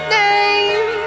name